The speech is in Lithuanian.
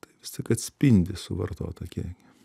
tai vis tik atspindi suvartotą kiekį